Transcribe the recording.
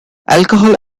alcohol